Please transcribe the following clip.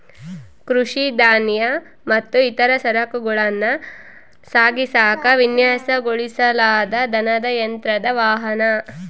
ಕೃಷಿ ಧಾನ್ಯ ಮತ್ತು ಇತರ ಸರಕುಗಳನ್ನ ಸಾಗಿಸಾಕ ವಿನ್ಯಾಸಗೊಳಿಸಲಾದ ದನದ ಯಂತ್ರದ ವಾಹನ